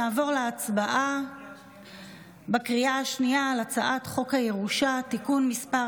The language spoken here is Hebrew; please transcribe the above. נעבור להצבעה בקריאה השנייה על הצעת חוק הירושה (תיקון מס'